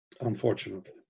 Unfortunately